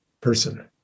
person